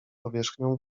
powierzchnią